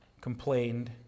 complained